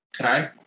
Okay